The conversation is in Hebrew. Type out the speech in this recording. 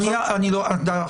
חבר הכנסת רוטמן,